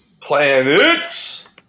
Planets